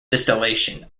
distillation